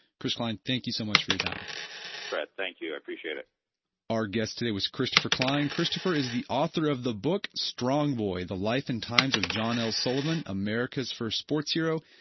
chris klein, thank you so much for your time great. thank you. i appreciate it our guest today was christopher klein. christopher is the author of the book strong boy the life and times of john l. sullivan, america's first sports hero.